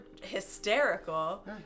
hysterical